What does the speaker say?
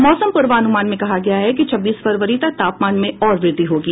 मौसम पूर्वानुमान में कहा गया है कि छब्बीस फरवरी तक तापमान में और वृद्धि होगी